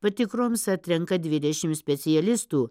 patikroms atrenka dvidešimt specialistų